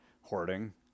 hoarding